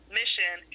mission